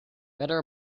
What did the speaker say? better